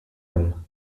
him